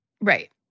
Right